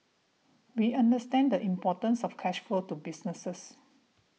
we understand the importance of cash flow to businesses